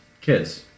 Kids